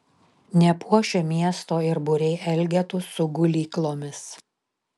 nepuošia miesto ir būriai elgetų su gulyklomis